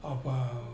好吧